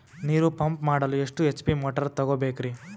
ನೀರು ಪಂಪ್ ಮಾಡಲು ಎಷ್ಟು ಎಚ್.ಪಿ ಮೋಟಾರ್ ತಗೊಬೇಕ್ರಿ?